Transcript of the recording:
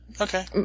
Okay